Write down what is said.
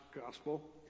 gospel